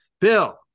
Bill